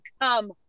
come